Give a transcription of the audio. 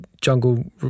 Jungle